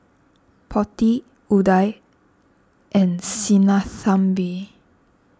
Potti Udai and Sinnathamby